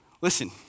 listen